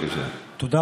תלות נשלטים,